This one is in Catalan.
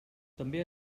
també